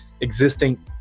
existing